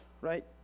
right